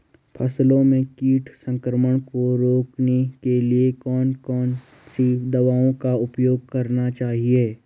फसलों में कीट संक्रमण को रोकने के लिए कौन कौन सी दवाओं का उपयोग करना चाहिए?